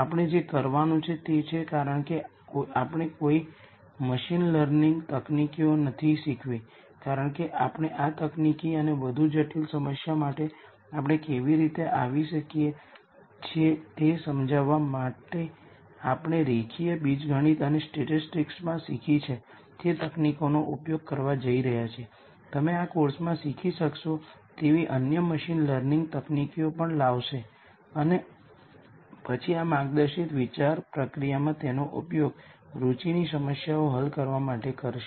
આપણે જે કરવાનું છે તે છે કારણ કે આપણે કોઈ મશીન લર્નિંગ તકનીકીઓ નથી શીખવી કારણ કે આપણે આ તકનીકી અને વધુ જટિલ સમસ્યા માટે આપણે કેવી રીતે આવી શકીએ છીએ તે સમજાવવા માટે આપણે રેખીય બીજગણિત અને સ્ટેટિસ્ટિક્સમાં શીખી છે તે તકનીકોનો ઉપયોગ કરવા જઈ રહ્યા છીએ તમે આ કોર્સમાં શીખી શકશો તેવી અન્ય મશીન લર્નિંગ તકનીકીઓ પણ લાવશે અને પછી આ માર્ગદર્શિત વિચાર પ્રક્રિયામાં તેનો ઉપયોગ રુચિની સમસ્યાઓ હલ કરવા માટે કરશે